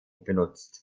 benutzt